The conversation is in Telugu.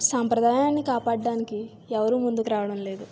సాంప్రదాయాన్ని కాపాడటానికి ఎవరూ ముందుకు రావడం లేదు